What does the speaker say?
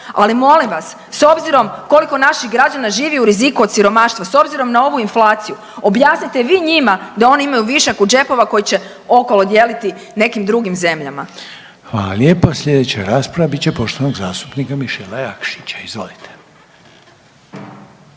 ali molim vas, s obzirom koliko naših građana živi u riziku od siromaštva, s obzirom na ovu inflaciju, objasnite vi njima da oni imaju višak u džepova koji će okolo dijeliti nekim drugim zemljama. **Reiner, Željko (HDZ)** Hvala lijepo. Sljedeća rasprava bit će poštovanog zastupnika Mišela Jakšića, izvolite.